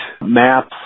maps